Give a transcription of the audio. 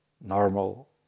normal